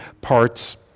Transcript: parts